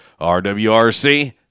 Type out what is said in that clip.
RWRC